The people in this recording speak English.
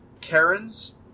Karens